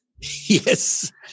Yes